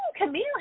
Camille